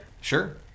Sure